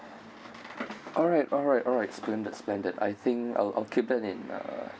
alright alright alright splendid splendid I think I'll keep that in uh